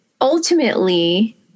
ultimately